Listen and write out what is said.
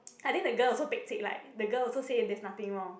I think the girl also fake fake like the girl also say there's nothing wrong